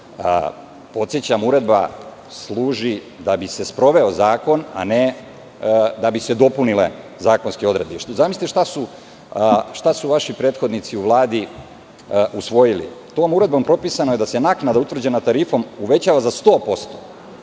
Podsećam, uredba služi da bi se sproveo zakon, a ne da bi se dopunile zakonske odredbe. Zamislite šta su vaši prethodnici u Vladi usvojili. Tom uredbom propisano je da se naknada utvrđena tarifom uvećava za 100%